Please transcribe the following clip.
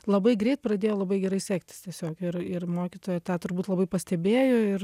labai greit pradėjo labai gerai sektis tiesiog ir ir mokytoja tą turbūt labai pastebėjo ir